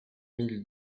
mille